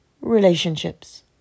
relationships